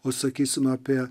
o sakysim apie